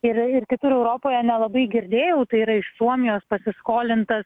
ir ir kitur europoje nelabai girdėjau tai yra iš suomijos pasiskolintas